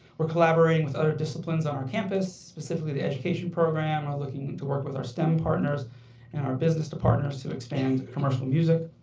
we're collaborating with other disciplines on our campus, specifically the education program. we're looking to work with our stem partners and our business partners to expand commercial music.